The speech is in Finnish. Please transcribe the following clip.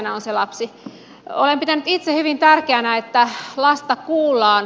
olen pitänyt itse hyvin tärkeänä että lasta kuullaan